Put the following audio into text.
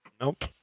Nope